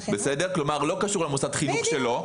כלומר לא קשור למוסד החינוך שלו,